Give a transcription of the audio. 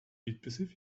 підписів